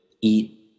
eat